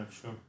sure